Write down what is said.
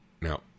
Now